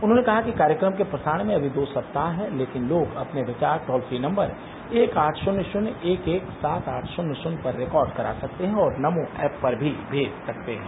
उन्होंने कहा कि कार्यक्रम के प्रसारण में अभी दो सप्ताह है लेकिन लोग अपने विचार टोल फ्री नम्बर एक आठ शून्य शून्य एक एक सात आठ शून्य शून्य पर रिकॉर्ड करा सकते हैं और नमो एप पर भी भेज सकते हैं